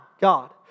God